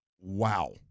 wow